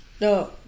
No